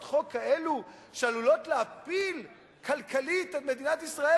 חוק כאלה שעלולות להפיל כלכלית את מדינת ישראל?